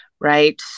right